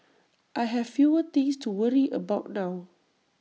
I have fewer things to worry about now